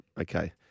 Okay